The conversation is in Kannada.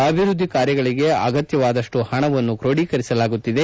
ಅಭಿವ್ದದ್ದಿ ಕಾರ್ಯಗಳಿಗೆ ಅಗತ್ತವಾದಪ್ಲು ಪಣವನ್ನು ಕೋಢಿಕರಿಸಲಾಗುತ್ತಿದೆ